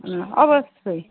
হুম অবশ্যই